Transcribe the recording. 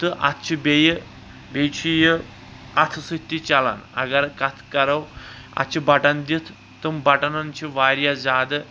تہٕ اَتھ چھِ بیٚیہِ بیٚیہِ چھ یہِ اَتھٕ سۭتۍ تہِ چلان اَگر کَتھ کَرو اَتھ چھِ بَٹن دِتھ تِم بَٹنن چھِ واریاہ زیادٕ